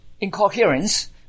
incoherence